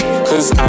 Cause